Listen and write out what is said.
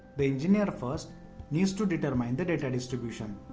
the engineer first needs to determine the data distribution.